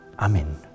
Amen